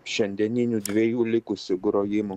šiandieninių dviejų likusių grojimų